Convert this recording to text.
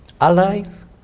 allies